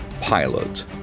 Pilot